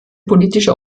politische